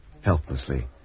helplessly